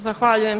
Zahvaljujem.